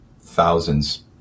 thousands